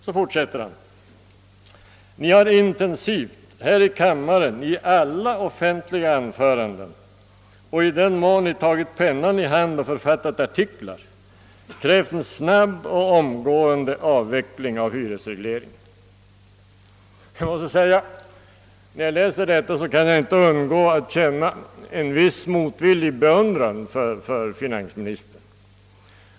Sedan fortsatte han: »Ni har intensivt — här i kammaren, i alla offentliga anföranden och i den mån ni tagit pennan i hand och författat artiklar — krävt en snabb och omgående avveckling av hyresregleringen.» När jag läser detta kan jag inte underlåta att känna en viss motvillig beundran för finansministern.